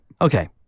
okay